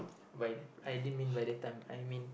by the I didn't mean by the time I mean